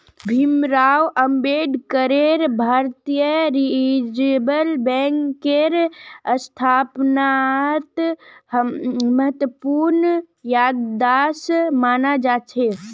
भीमराव अम्बेडकरेर भारतीय रिजर्ब बैंकेर स्थापनात महत्वपूर्ण योगदान माना जा छे